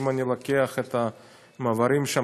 שאם אני לוקח את המעברים שם,